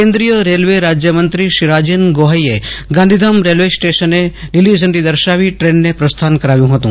કેન્દ્રિય રેલવે રાજ્યમંત્રી રાજેન ગોહાઇએ ગાંધીધામ રેલવે સ્ટેશને લીલી ઝંડી દર્શાવી ટ્રેનને પ્રસ્થાન કરાવ્યું હતું